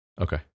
Okay